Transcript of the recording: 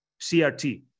CRT